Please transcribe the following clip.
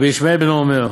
רבי ישמעאל בנו אומר,